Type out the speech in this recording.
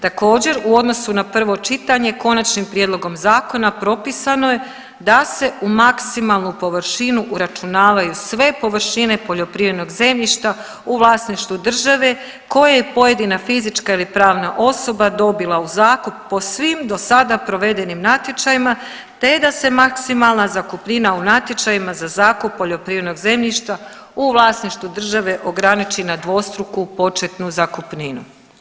Također u odnosu na prvo čitanje Konačnim prijedlogom zakona propisano je da se u maksimalnu površinu uračunavaju sve površine poljoprivrednog zemljišta u vlasništvu države koje je pojedina fizička ili pravna osoba dobila u zakup po svim do sada provedenim natječajima, te da se maksimalna zakupnina u natječajima za zakup poljoprivrednog zemljišta u vlasništvu države ograniči na dvostruku početnu zakupninu.